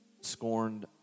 scorned